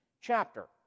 chapter